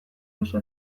duzu